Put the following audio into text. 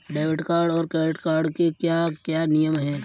Debit card और credit card के क्या क्या नियम हैं?